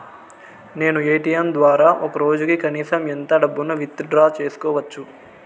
నేను ఎ.టి.ఎం ద్వారా ఒక రోజుకి కనీసం ఎంత డబ్బును విత్ డ్రా సేసుకోవచ్చు?